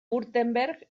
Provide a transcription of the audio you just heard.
württemberg